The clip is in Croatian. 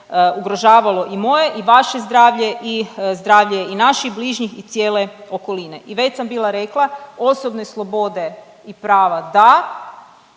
ugrožavalo i moje i vaše zdravlje i zdravlje i naših bližnjih i cijele okoline. I već sam bila rekla osobne slobode i prava da,